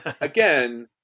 again